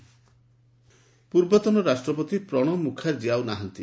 ପ୍ରଣବ ମୁଖାର୍ଜୀ ପୂର୍ବତନ ରାଷ୍ଟ୍ରପତି ପ୍ରଣବ ମୁଖାର୍ଜୀ ଆଉ ନାହାନ୍ତି